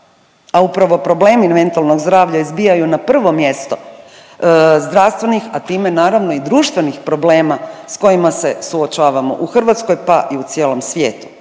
a upravo problemi mentalnog zdravlja izbijaju na prvo mjesto zdravstvenih, a time naravno i društvenih problema s kojima se suočavamo u Hrvatskoj, pa i u cijelom svijetu.